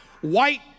white